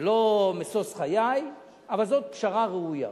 זה לא משוש חיי, אבל זו פשרה ראויה.